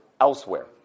Elsewhere